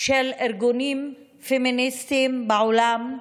של ארגונים פמיניסטיים בעולם,